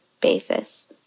basis